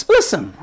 Listen